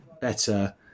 better